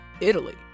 Italy